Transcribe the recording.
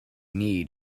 need